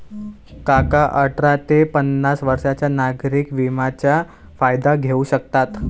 काका अठरा ते पन्नास वर्षांच्या नागरिक विम्याचा फायदा घेऊ शकतात